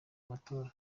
matora